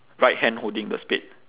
right hand holding the spade